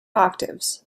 octaves